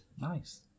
Nice